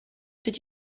did